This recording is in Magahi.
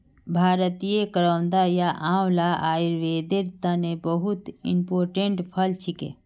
भारतीय करौदा या आंवला आयुर्वेदेर तने बहुत इंपोर्टेंट फल छिके